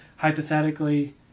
hypothetically